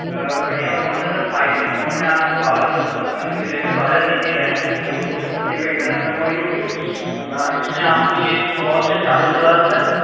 آ بڑھیا فون ہے sir five G phone ہے آپ کو بارہ دو سو چھپن میں ملے گا بارہ جی بی ریم ہو گی اور دو سو چھپن جی بی انٹرنل میموری ہوگی اِس میں آپ کو یہ اِس کی کوسٹ ہے چالیس ہزار روپیے